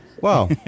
Wow